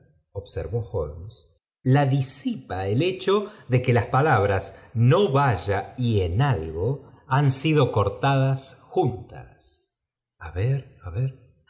observó holanes la disipa el hecho de que las palabrea no vaya y ten algo han sido cortadas juntas